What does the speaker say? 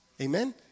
Amen